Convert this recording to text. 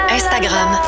Instagram